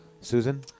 Susan